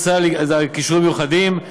והכישורים המיוחדים,